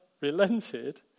relented